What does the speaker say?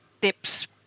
tips